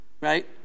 Right